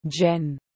Jen